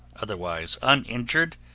otherwise uninjured,